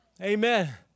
Amen